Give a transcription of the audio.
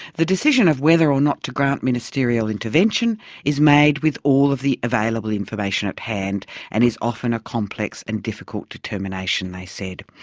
the decision of whether or not to grant ministerial intervention is made with all of the available information at hand and is often a complex and difficult determination they said.